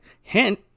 Hint